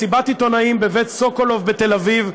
מסיבת עיתונאים ב"בית סוקולוב": בתל-אביב,